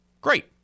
Great